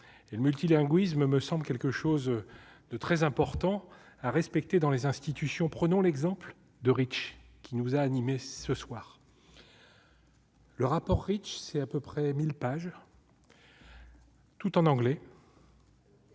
le multilinguisme, me semble quelque chose de très important à respecter dans les institutions, prenons l'exemple de riches qui nous a animés ce soir le rapport riche, c'est à peu près 1000 pages tout en anglais.